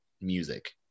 music